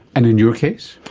and in your case?